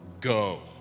Go